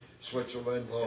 Switzerland